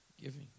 giving